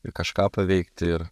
ir kažką paveikti ir